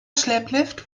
schlepplift